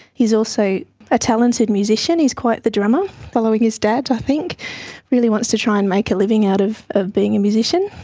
he's also a talented musician, he is quite the drummer, following his dad i think. he really wants to try and make a living out of of being a musician.